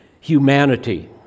humanity